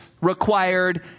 required